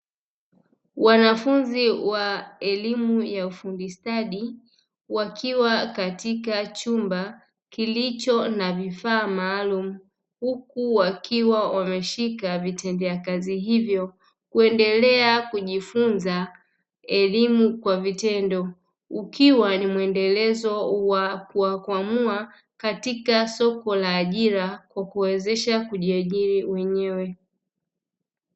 Wanafunzi wa elimu ya ufundi stadi wakiwa katika chumba kilicho na vifaa maalumu huku wakiwa wameshika vitendea kazi hivyo, kuendelea kujifunza elimu kwa vitendo ukiwa ni mwendelezo wa kuwakwamua katika soko la ajira kwa kuwezesha kujiajiri wenyewe.